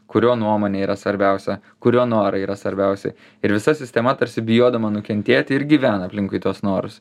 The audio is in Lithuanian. kurio nuomonė yra svarbiausia kurio norai yra svarbiausi ir visa sistema tarsi bijodama nukentėti ir gyvena aplinkui tuos norus